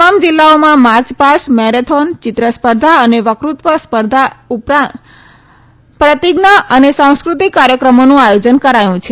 તમામ જિલ્લાઓમાં march past marathon ચિત્ર સ્પર્ધા અને વકતૃત્વ સ્પર્ધા ઉપરીત પ્રતિજ્ઞા અને સાંસ્કૃતિક કાર્યક્રમોનું આયોજન કરાયું છે